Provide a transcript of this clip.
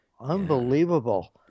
Unbelievable